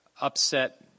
upset